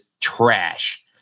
trash